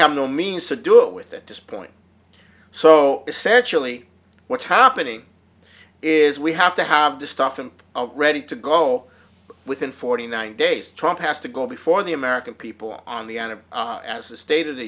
have no means to do it with it this point so essentially what's happening is we have to have this stuff and ready to go within forty nine days trump has to go before the american people on the end of as the state of the